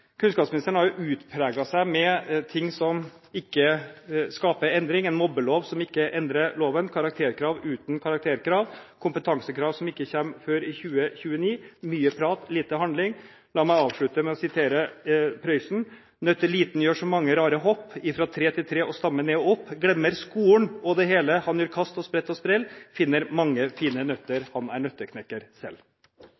Kunnskapsministeren har jo markert seg med ting som ikke skaper endring – en mobbelov som ikke endrer loven, karakterkrav uten karakterkrav, kompetansekrav som ikke kommer før i 2029 – mye prat og lite handling. La meg avslutte med å sitere Prøysen: «Nøtteliten gjør så mange rare hopp, ifra tre til tre og stamme ned og opp, glemmer skolen og det hele, han gjør kast og sprett og sprell, plukker mange fine nøtter,